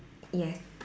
yes